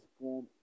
form